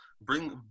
bring